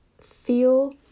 feel